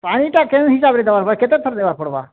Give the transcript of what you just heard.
ପାଣିଟା କେନ୍ ହିସାବ୍ରେ ଦେବାର୍ କେତେଥର୍ ଦେବାକେ ପଡ଼ବା